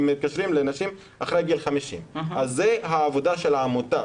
הם מתקשרים לנשים לאחר גיל 50. אז זו העבודה של העמותה,